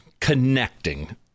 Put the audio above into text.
connecting